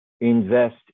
Invest